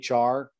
HR